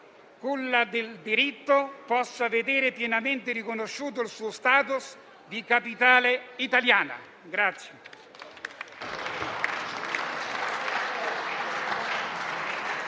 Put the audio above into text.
culla del diritto, possa vedere pienamente riconosciuto il suo *status* di capitale italiana.